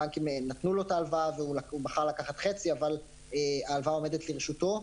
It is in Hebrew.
הבנקים נתנו לו את ההלוואה והוא בחר לקחת חצי אבל ההלוואה עומדת לרשותו.